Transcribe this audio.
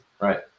right